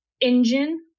engine